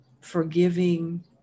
forgiving